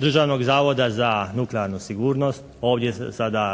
Državnog zavoda za nuklearnu sigurnost ovdje sada